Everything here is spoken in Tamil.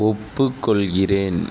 ஒப்புக்கொள்கிறேன்